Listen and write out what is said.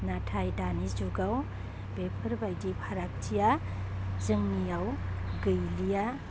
नाथाय दानि जुगाव बेफोरबायदि फारगथिया जोंनिआव गैलिया